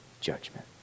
judgment